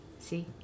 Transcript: See